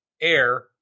air